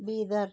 Bidar